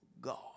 God